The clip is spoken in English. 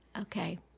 okay